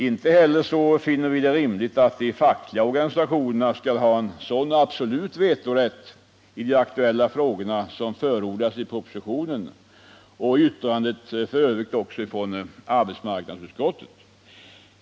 Inte heller finner vi det rimligt att de fackliga organisationerna skall ha en sådan absolut vetorätt i de aktuella frågorna som förordas i propositionen och f. ö. också i yttrandet från arbetsmarknadsutskottet.